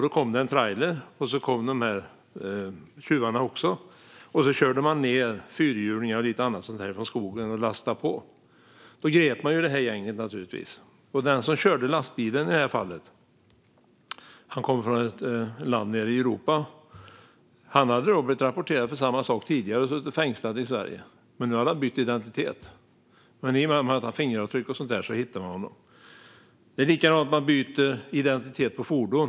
Då kom det en trailer, och tjuvarna körde ned fyrhjulingar och annat från skogen och lastade på. Då grep polisen naturligtvis detta gäng. Den som körde lastbilen i detta fall kommer från ett land nere i Europa och hade blivit rapporterad för samma sak tidigare och suttit fängslad i Sverige. Men nu hade han bytt identitet. Men i och med att man hade tagit fingeravtryck hittade man honom. Sedan byts det identitet på fordon.